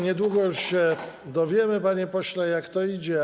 Niedługo już się dowiemy, panie pośle, jak to idzie.